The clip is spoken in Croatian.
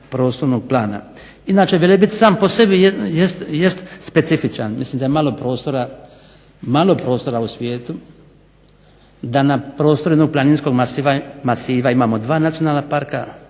prostornog plana. Inače Velebit sam po sebi jest specifičan, mislim da je malo prostora u svijetu da na prostoru jednog planinskog masiva imamo dva nacionalna parka